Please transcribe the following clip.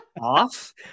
off